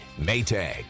Maytag